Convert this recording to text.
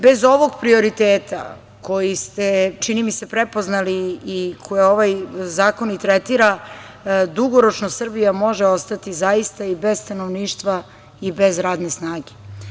Bez ovog prioriteta, koji ste, čini mi se, prepoznali i koji ovaj zakon i tretira, dugoročno Srbija može ostati zaista i bez stanovništva i bez radne snage.